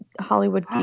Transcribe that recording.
Hollywood